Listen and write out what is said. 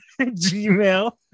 Gmail